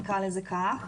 נקרא לזה כך.